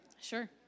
sure